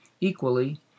equally